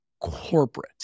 corporate